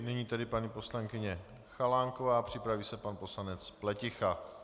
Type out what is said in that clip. Nyní tedy paní poslankyně Chalánková, připraví se pan poslanec Pleticha.